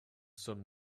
son